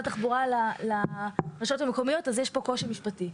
התחבורה לרשויות המקומיות אז יש פה קושי משפטי.